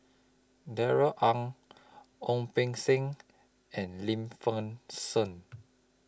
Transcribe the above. Darrell Ang Ong Beng Seng and Lim Fei Shen